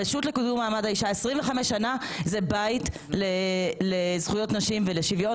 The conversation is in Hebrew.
הרשות לקידום מעמד האישה 25 שנה זה בית לזכויות נשים ולשוויון,